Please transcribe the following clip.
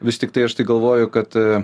vis tiktai aš tai galvoju kad